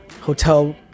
Hotel